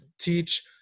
teach